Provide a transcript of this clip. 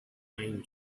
pine